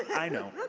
i know.